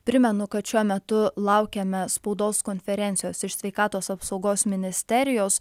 primenu kad šiuo metu laukiame spaudos konferencijos iš sveikatos apsaugos ministerijos